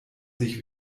sich